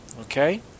Okay